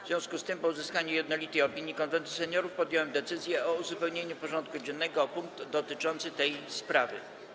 W związku z tym, po uzyskaniu jednolitej opinii Konwentu Seniorów, podjąłem decyzję o uzupełnieniu porządku dziennego o punkt dotyczący tej sprawy.